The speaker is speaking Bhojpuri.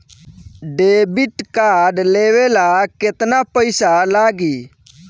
डेबिट कार्ड लेवे ला केतना पईसा लागी?